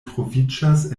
troviĝas